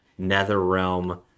Netherrealm